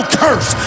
curse